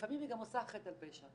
לפעמים היא גם עושה חטא על פשע.